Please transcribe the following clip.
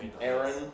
Aaron